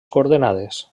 coordenades